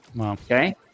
okay